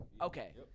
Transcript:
Okay